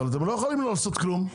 אבל אתם לא יכולים לא לעשות כלום.